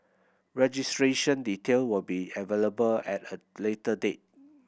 registration detail will be available at a later date